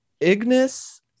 ignis